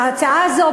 ההצעה הזאת